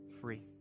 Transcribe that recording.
free